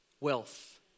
wealth